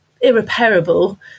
irreparable